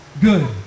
Good